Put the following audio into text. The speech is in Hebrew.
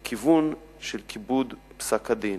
בכיוון של כיבוד פסק-הדין.